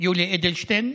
יולי אדלשטיין,